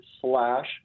slash